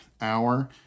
hour